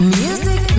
music